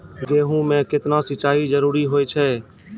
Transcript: गेहूँ म केतना सिंचाई जरूरी होय छै?